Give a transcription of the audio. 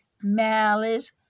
malice